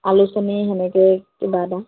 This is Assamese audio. আলোচনী সেনেকেই কিবা এটা